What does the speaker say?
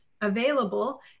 available